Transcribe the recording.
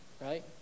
Right